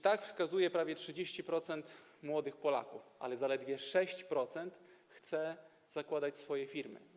Tak wskazuje prawie 30% młodych Polaków, ale zaledwie 6% chce zakładać swoje firmy.